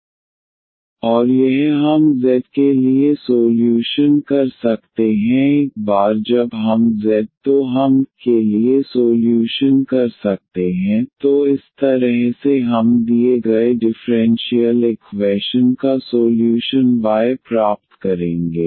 और यह हम z के लिए पसोल्यूशन े सोल्यूशन कर सकते हैं एक बार जब हम z तो हम y के लिए सोल्यूशन कर सकते हैं तो इस तरह से हम दिए गए डिफ़्रेंशियल इक्वैशन का सोल्यूशन y प्राप्त करेंगे